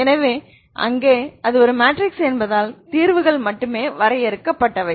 எனவே இங்கே அது ஒரு மேட்ரிக்ஸ் என்பதால் தீர்வுகள் மட்டுமே வரையறுக்கப்பட்டவை